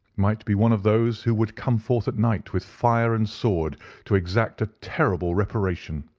might be one of those who would come forth at night with fire and sword to exact a terrible reparation.